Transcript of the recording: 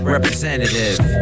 Representative